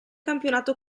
campionato